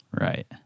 Right